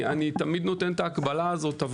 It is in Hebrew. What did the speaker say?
אני תמיד נותן את ההקבלה הזאת.